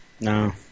No